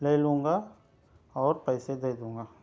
لے لوں گا اور پیسے دو دوں گا